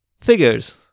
Figures